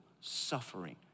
Suffering